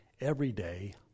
everyday